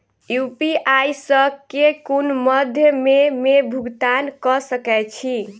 UPI सऽ केँ कुन मध्यमे मे भुगतान कऽ सकय छी?